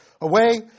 away